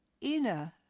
inner